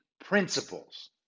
principles